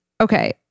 Okay